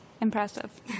Impressive